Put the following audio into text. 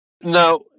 Now